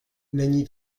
není